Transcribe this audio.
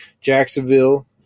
Jacksonville